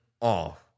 off